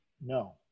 no